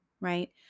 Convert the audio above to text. right